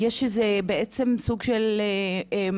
יש בעצם איזה סוג של מערכת